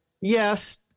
Yes